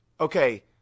Okay